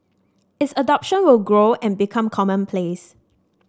its adoption will grow and become commonplace